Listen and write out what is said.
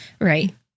Right